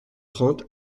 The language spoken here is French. trente